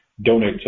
donate